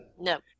No